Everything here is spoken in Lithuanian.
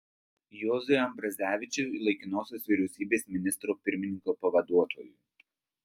juozui ambrazevičiui laikinosios vyriausybės ministro pirmininko pavaduotojui